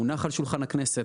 הונח על שולחן הכנסת,